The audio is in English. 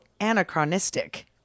anachronistic